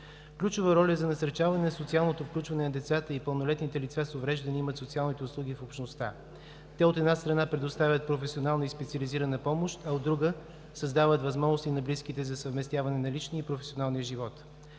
Ключова роля за насърчаване социалното включване на децата и пълнолетните лица с увреждания имат социалните услуги в общността. Те, от една страна, предоставят професионална и специализирана помощ, а от друга – създават възможности на близките за съвместяване на личния и професионалния живот.